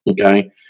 Okay